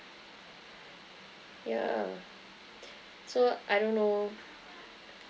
yeah so I don't know